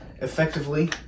effectively